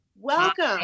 welcome